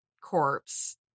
corpse